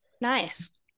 Nice